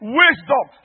wisdom